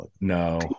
no